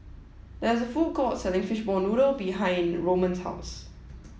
there's a food court selling Fishball Noodle behind Roman's house